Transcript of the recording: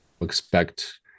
expect